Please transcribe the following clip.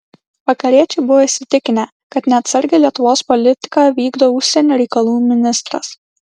vakariečiai buvo įsitikinę kad neatsargią lietuvos politiką vykdo užsienio reikalų ministras